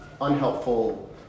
unhelpful